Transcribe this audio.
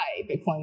Bitcoin